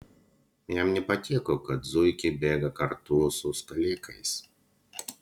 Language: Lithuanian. jam nepatiko kad zuikiai bėga kartu su skalikais